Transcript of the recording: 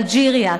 אלג'יריה,